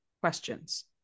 questions